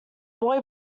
boy